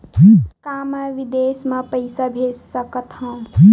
का मैं विदेश म पईसा भेज सकत हव?